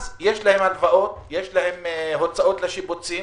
הם נותרו עם הלוואות, הוצאות לשיפוצים